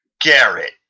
Garrett